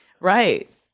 Right